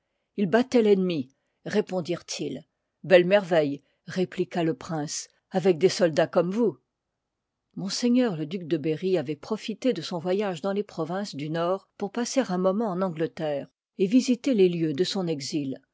il battoit l'ennemi répondirent-ils belle merveille répliqua le prince avec des soldats comme vous m le duc de berry avoit profité de son voyage dans les provinces du nord pour passer un moment en angleterre et visiter les lieux de son exil